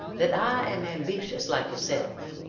that i am ambitious like yourself,